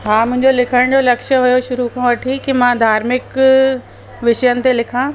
हा मुंहिंजो लिखण जो लक्ष्य हुओ शुरू खां वठी की मां धार्मिक विषियनि ते लिखा